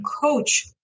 coach